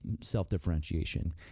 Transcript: self-differentiation